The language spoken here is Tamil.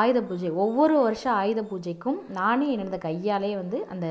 ஆயுத பூஜை ஒவ்வொரு வருஷம் ஆயுத பூஜைக்கும் நானே எனது கையாலேயே வந்து அந்த